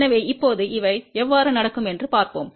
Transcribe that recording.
எனவே இப்போது இவை எவ்வாறு நடக்கும் என்று பார்ப்போம்